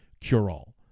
cure-all